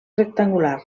rectangular